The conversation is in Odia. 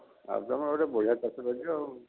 ଆଉ ତୁମେ ଗୋଟିଏ ବଢ଼ିଆ ଚାଷ କରିଛ ଆଉ